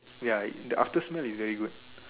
ya the after smell is very good